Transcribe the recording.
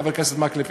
חבר הכנסת מקלב,